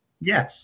Yes